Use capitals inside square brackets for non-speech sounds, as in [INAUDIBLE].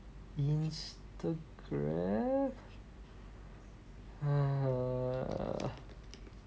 Instagram [NOISE]